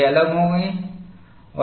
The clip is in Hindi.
वे अलग होंगे